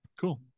Cool